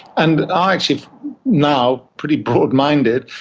and are actually now pretty broadminded.